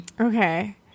Okay